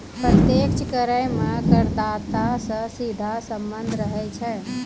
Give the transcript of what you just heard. प्रत्यक्ष कर मे करदाता सं सीधा सम्बन्ध रहै छै